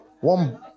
One